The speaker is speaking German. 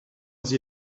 sie